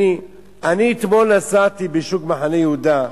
אתמול נסעתי בשוק מחנה-יהודה,